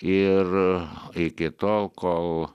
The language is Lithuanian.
ir iki tol kol